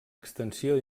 extensió